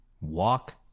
walk